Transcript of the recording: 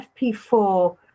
fp4